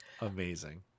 Amazing